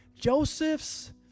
Joseph's